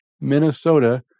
Minnesota